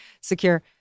secure